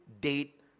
date